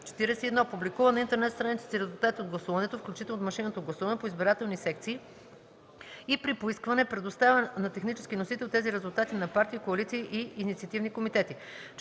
41. публикува на интернет страницата си резултатите от гласуването, включително от машинното гласуване, по избирателни секции и при поискване предоставя на технически носител тези резултати на партии, коалиции и инициативни комитети;